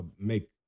make